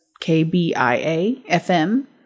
K-B-I-A-F-M